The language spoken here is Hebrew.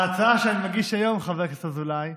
ההצעה שאני מגיש היום, חבר הכנסת אזולאי,